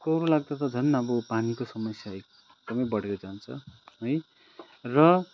सुकाउरो लाग्दा त झन अब पानीको समस्या एकदमै बढेर जान्छ है र